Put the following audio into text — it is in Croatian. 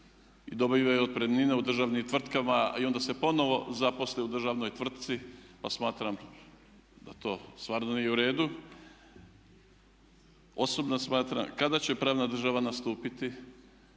i dobivaju otpremnine u državnim tvrtkama i onda se ponovno zaposle u državnoj tvrtci pa smatram da to stvarno nije u redu. Osobno smatram, kada će pravna država nastupiti,